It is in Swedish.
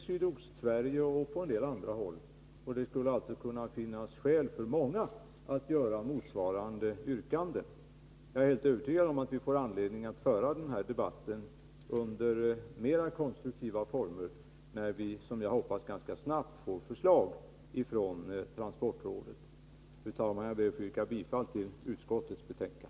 Sydostsverige och på en del andra håll. Det skulle alltså kunna finnas skäl för många kommuner att göra motsvarande yrkanden. Jag är helt övertygad om att vi får anledning att föra den här debatten under mera konstruktiva former, när vi — som jag hoppas ganska snart — får ett förslag från transportrådet. Fru talman! Jag ber att få yrka bifall till utskottets hemställan.